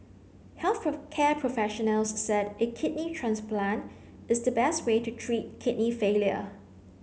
health care professionals said a kidney transplant is the best way to treat kidney failure